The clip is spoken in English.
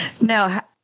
Now